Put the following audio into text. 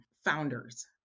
founders